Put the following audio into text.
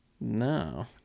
No